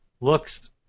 looks